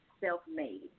self-made